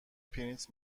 پرینت